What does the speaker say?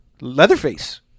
Leatherface